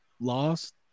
Lost